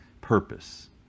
purpose